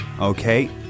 okay